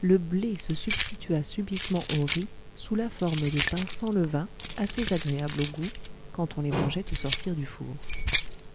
le blé se substitua subitement au riz sous la forme de pains sans levain assez agréables au goût quand on les mangeait au sortir du four